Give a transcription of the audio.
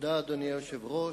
אדוני היושב-ראש,